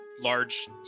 Large